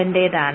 ന്റേതാണ്